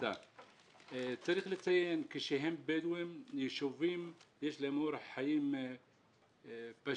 צריך לציין שליישובים הבדואים יש אורח חיים פשוט